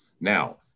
Now